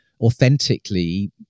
authentically